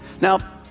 Now